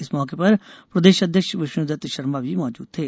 इस मौके पर प्रदेश अध्यक्ष विष्णुदत्त शर्मा भी मौजूद थे